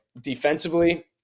defensively